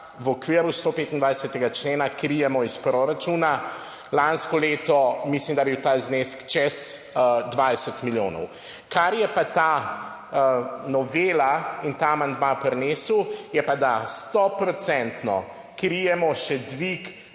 v okviru 125. člena krijemo iz proračuna, mislim, da je bil lansko leto ta znesek čez 20 milijonov. Kar je pa ta novela in ta amandma prinesel, pa je, da stoprocentno krijemo še dvig